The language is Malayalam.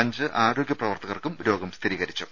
അഞ്ച് ആരോഗ്യ പ്രവർത്തകർക്കും രോഗം സ്ഥിരീകരിച്ചു